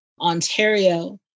Ontario